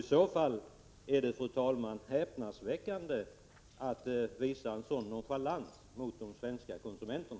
I så fall är det, fru talman, häpnadsväckande att man visar en sådan nonchalans mot de svenska konsumenterna.